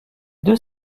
deux